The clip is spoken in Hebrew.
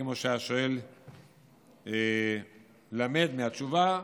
כמו שהשואל למד מהתשובה,